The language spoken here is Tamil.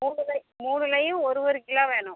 மூணு மூணுலேயும் ஒரு ஒரு கிலோ வேணும்